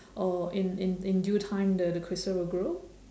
or in in in due time the the crystal will grow